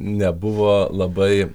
nebuvo labai